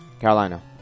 Carolina